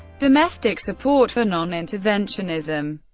domestic support for non-interventionism,